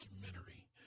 documentary